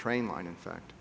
train line in fact